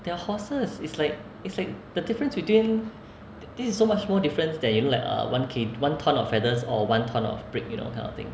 they are horses is like is like the difference between this is so much more different that you know like uh one K~ one ton of feathers or one ton of brick you know kind of thing